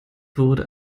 wurde